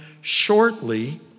shortly